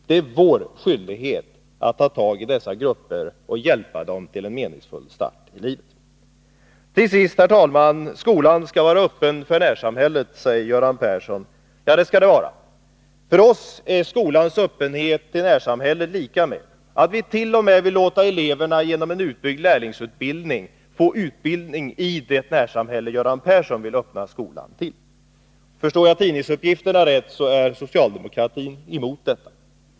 Det är vår skyldighet att ta tag i dessa grupper och hjälpa dem till en meningsfull start i livet. Till sist, herr talman! Skolan skall vara öppen för närsamhället, säger Göran Persson. Ja, det skall den vara. För oss är skolans öppenhet till närsamhället lika med att vi t.o.m. vill låta eleverna genom en utbyggd lärlingsutbildning få utbildning i det närsamhälle Göran Persson vill öppna väsendet gemensamma frågor väsendet gemensamma frågor skolan till. Förstår jag tidningsuppgifterna rätt, är socialdemokratin emot detta.